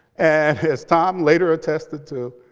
and as tom later attested to,